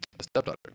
stepdaughter